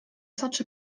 such